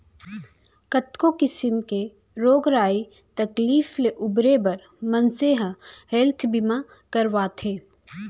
कतको किसिम के रोग राई तकलीफ ले उबरे बर मनसे ह हेल्थ बीमा करवाथे